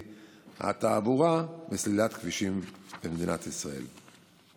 תעבורה וסלילת כבישים במדינת ישראל.